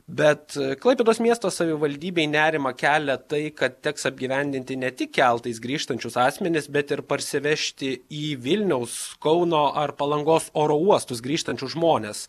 bet klaipėdos miesto savivaldybei nerimą kelia tai kad teks apgyvendinti ne tik keltais grįžtančius asmenis bet ir parsivežti į vilniaus kauno ar palangos oro uostus grįžtančius žmones